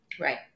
Right